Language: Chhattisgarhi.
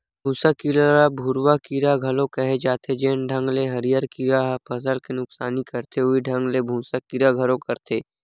भूँसा कीरा ल भूरूवा कीरा घलो केहे जाथे, जेन ढंग ले हरियर कीरा ह फसल के नुकसानी करथे उहीं ढंग ले भूँसा कीरा घलो करथे